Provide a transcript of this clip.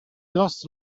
lost